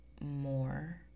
more